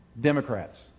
Democrats